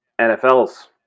NFLs